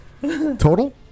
Total